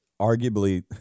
arguably